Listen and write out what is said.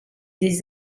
des